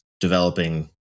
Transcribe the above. developing